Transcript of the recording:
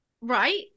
right